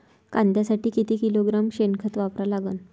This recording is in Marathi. कांद्यासाठी किती किलोग्रॅम शेनखत वापरा लागन?